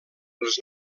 els